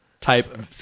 type